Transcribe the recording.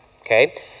okay